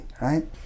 right